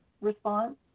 response